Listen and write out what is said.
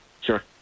sure